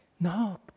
No